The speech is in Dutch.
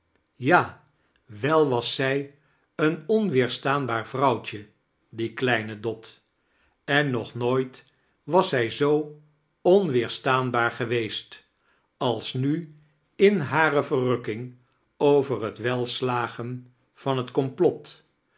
ja wel was zij een onweerstaanbaar vrouwtje die kleine dot en nognooit was zij zoo onweerstaanbaar geweest als nu in hare verrukking over het welslagen van het komplot